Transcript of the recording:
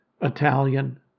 Italian